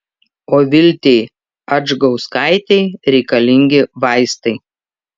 o viltei adžgauskaitei reikalingi vaistai